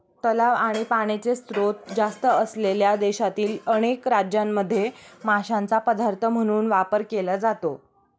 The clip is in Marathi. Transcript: तलाव आणि पाण्याचे स्त्रोत जास्त असलेल्या देशातील अनेक राज्यांमध्ये माशांचा पदार्थ म्हणून वापर केला जातो